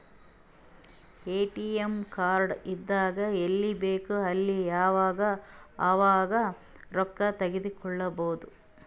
ATM card ಇದ್ದುರ್ ಎಲ್ಲಿ ಬೇಕ್ ಅಲ್ಲಿ ಯಾವಾಗ್ ಅವಾಗ್ ರೊಕ್ಕಾ ತೆಕ್ಕೋಭೌದು